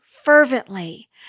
Fervently